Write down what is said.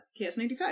KS95